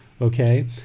okay